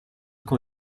con